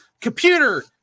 computer